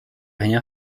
rien